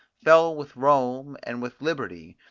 fell with rome and with liberty,